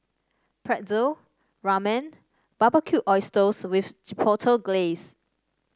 Pretzel Ramen Barbecued Oysters with Chipotle Glaze